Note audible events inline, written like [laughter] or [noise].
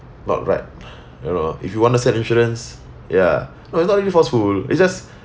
not right [breath] you know if you wanna sell insurance ya no it's not really forceful it's just